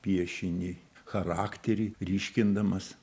piešinį charakterį ryškindamas